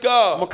God